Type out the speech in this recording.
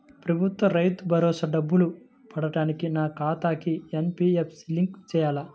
ప్రభుత్వ రైతు భరోసా డబ్బులు పడటానికి నా ఖాతాకి ఎన్.పీ.సి.ఐ లింక్ చేయాలా?